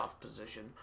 position